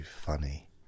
funny